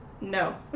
No